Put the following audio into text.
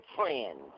friends